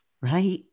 Right